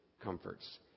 comforts